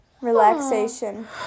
relaxation